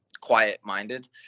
quiet-minded